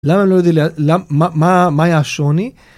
למה הם לא יודעים, מה מה היה השוני ו...